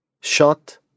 shot